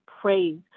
praise